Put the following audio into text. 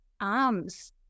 arms